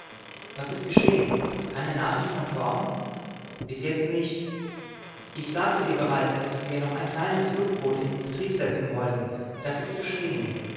was ist geschehen keine nachricht von torm bis jetzt nicht ich sagte dir bereits daß wir noch ein kleineres luftboot in betrieb setzen wollten das ist geschehen